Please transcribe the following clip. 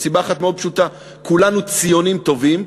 מסיבה אחת מאוד פשוטה: כולנו ציונים טובים,